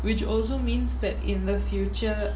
which also means that in the future